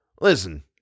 listen